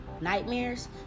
nightmares